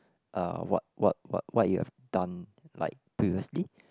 uh what what what what you have done like previously